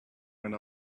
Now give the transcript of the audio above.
went